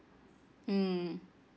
mm